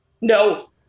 No